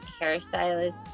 hairstylist